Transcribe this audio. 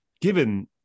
given